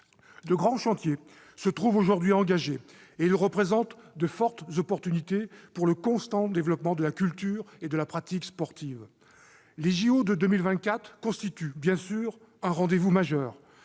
De grands chantiers se trouvent aujourd'hui engagés, et ils représentent de fortes opportunités pour le constant développement de la culture et de la pratique sportives. Les jeux Olympiques de 2024 constituent bien sûr un rendez-vous majeur.